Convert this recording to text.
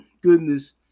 goodness